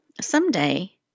someday